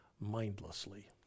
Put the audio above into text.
mindlessly